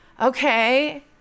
okay